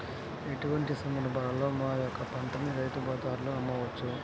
ఎటువంటి సందర్బాలలో మా యొక్క పంటని రైతు బజార్లలో అమ్మవచ్చు?